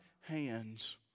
hands